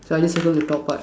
so I just circle the top part